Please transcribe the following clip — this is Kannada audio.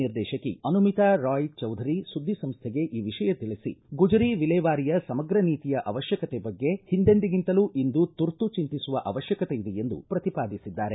ನಿರ್ದೇಶಕಿ ಅನುಮಿತಾ ರಾಯ್ ಚೌಧರಿ ಸುದ್ದಿ ಸಂಸ್ಥೆಗೆ ಈ ವಿಷಯ ತಿಳಿಸಿ ಗುಜರಿ ವಿಲೇವಾರಿಯ ಸಮಗ್ರ ನೀತಿಯ ಅಮಶ್ಯಕತೆ ಬಗ್ಗೆ ಹಿಂದೆಂದಿಗಿಂತಲೂ ಇಂದು ತುರ್ತು ಚೆಂತಿಸುವ ಅವಶ್ಯಕತೆ ಇದೆ ಎಂದು ಪ್ರತಿಪಾದಿಸಿದ್ದಾರೆ